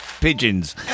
pigeons